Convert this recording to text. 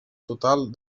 total